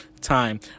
time